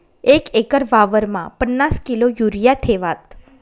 एक एकर वावरमा पन्नास किलो युरिया ठेवात